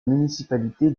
municipalité